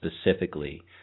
specifically